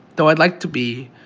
though i'd like to be,